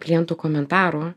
klientų komentarų